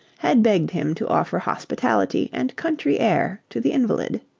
had begged him to offer hospitality and country air to the invalid.